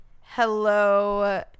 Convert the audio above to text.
Hello